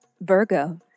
Virgo